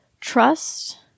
trust